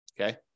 Okay